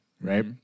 right